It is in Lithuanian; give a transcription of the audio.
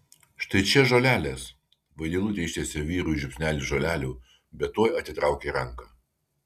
štai čia žolelės vaidilutė ištiesė vyrui žiupsnelį žolelių bet tuoj atitraukė ranką